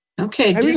Okay